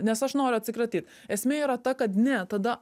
nes aš noriu atsikratyt esmė yra ta kad ne tada